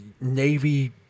navy